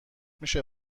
میشه